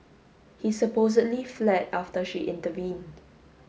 he supposedly fled after she intervened